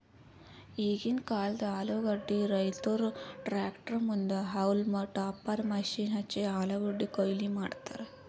ಈಗಿಂದ್ ಕಾಲ್ದ ಆಲೂಗಡ್ಡಿ ರೈತುರ್ ಟ್ರ್ಯಾಕ್ಟರ್ ಮುಂದ್ ಹೌಲ್ಮ್ ಟಾಪರ್ ಮಷೀನ್ ಹಚ್ಚಿ ಆಲೂಗಡ್ಡಿ ಕೊಯ್ಲಿ ಮಾಡ್ತರ್